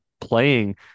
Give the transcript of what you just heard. playing